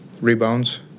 rebounds